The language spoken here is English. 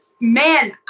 man